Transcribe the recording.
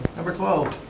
number twelve.